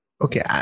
Okay